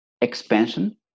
expansion